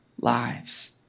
lives